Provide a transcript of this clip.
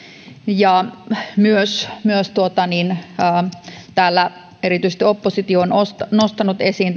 ja myös myös täällä erityisesti oppositio on nostanut esiin